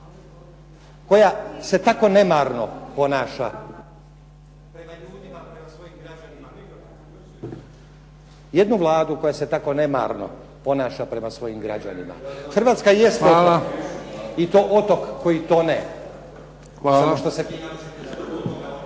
koja se tako nemarno ponaša prema svojim građanima. Hrvatska